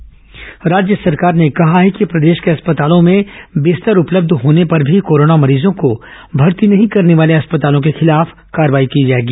अस्पताल बिस्तर निर्देश राज्य सरकार ने कहा है कि प्रदेश के अस्पतालों में बिस्तर उपलब्ध होने पर भी कोरोना मरीजों को भर्ती नहीं करने वाले अस्पतालों के खिलाफ कार्रवाई की जाएगी